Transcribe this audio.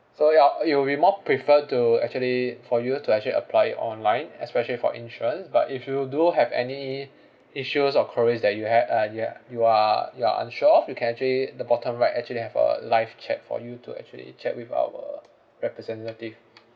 so you're it'll be more prefer to actually for you to actually apply it online especially for insurance but if you do have any issues or queries that you ha~ uh you uh you are you are unsure of you can actually the bottom right actually have a live chat for you to actually check with our representative